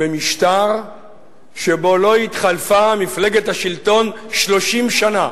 במשטר שבו לא התחלפה מפלגת השלטון 30 שנה,